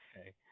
Okay